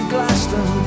Glaston